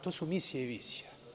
To su misija i vizija.